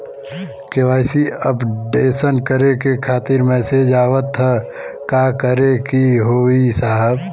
KYC updation करें खातिर message आवत ह का करे के होई साहब?